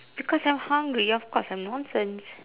because I'm hungry of course I'm nonsense